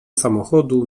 samochodu